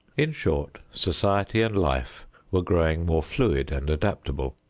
in short, society and life were growing more fluid and adaptable.